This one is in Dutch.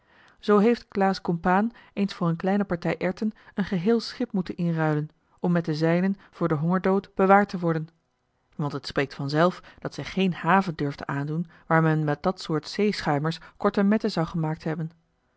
zoo heeft claes compaen eens voor een kleine partij erwten joh h been paddeltje de scheepsjongen van michiel de ruijter een geheel schip moeten inruilen om met de zijnen voor den hongerdood bewaard te worden want t spreekt van zelf dat zij geen haven durfden aandoen waar men met dat soort zeeschuimers korte metten zou gemaakt hebben